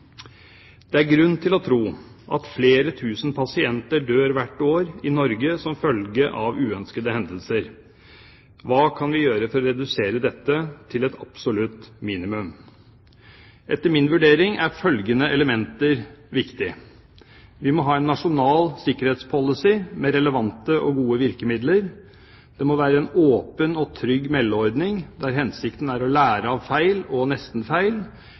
Det er grunn til å tro at flere tusen pasienter dør hvert år i Norge som følge av uønskede hendelser. Hva kan vi gjøre for å redusere dette til et absolutt minimum? Etter min vurdering er følgende elementer viktige: Vi må ha en nasjonal pasientsikkerhetspolicy med relevante og gode virkemidler. Det må være en åpen og trygg meldeordning, der hensikten er å lære av feil og